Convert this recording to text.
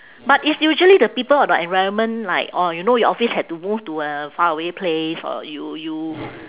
but it's usually the people or the environment like or you know your office had to move to a faraway place or you you